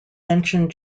mentioned